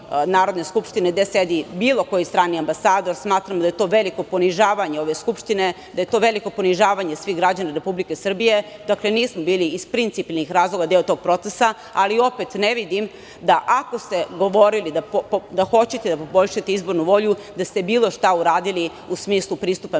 Narodne skupštine gde sedi bilo koji strani ambasador, smatram da je to veliko ponižavanje ove Skupštine, da je to veliko ponižavanje svih građana Republike Srbije, dakle, nismo bili iz principijelnih razloga deo tog procesa, ali opet ne vidim da, ako ste govorili da hoćete da poboljšate izbornu volju, da ste bilo šta uradili u smislu pristupa medijima.